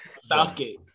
Southgate